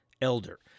elder